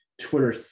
twitter